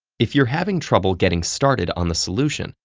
if you're having trouble getting started on the solution,